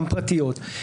גם פרטיות,